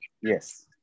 yes